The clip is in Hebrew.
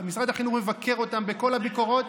משרד החינוך מבקר אותם בכל הביקורות,